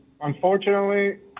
Unfortunately